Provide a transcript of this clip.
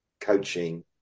coaching